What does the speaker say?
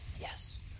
Yes